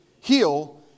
heal